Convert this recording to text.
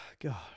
God